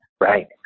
Right